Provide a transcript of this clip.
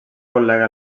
col·lega